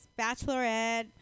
bachelorette